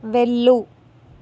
వెళ్ళు